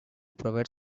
provide